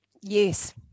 yes